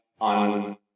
on